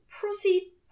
proceed